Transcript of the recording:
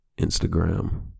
instagram